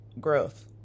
growth